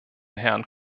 herrn